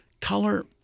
color